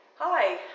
Hi